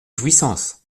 jouissances